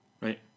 right